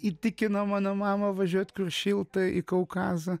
įtikino mano mamą važiuot kur šilta į kaukazą